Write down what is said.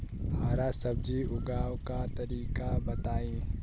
हरा सब्जी उगाव का तरीका बताई?